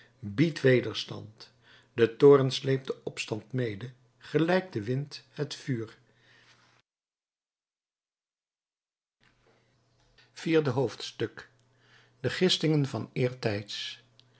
biedt wederstand de toorn sleept den opstand mede gelijk de wind het vuur vierde hoofdstuk de gistingen van eertijds